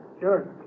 Sure